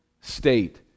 state